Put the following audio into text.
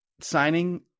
signing